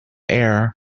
air